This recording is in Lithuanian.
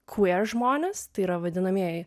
ku er žmones tai yra vadinamieji